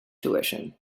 tuition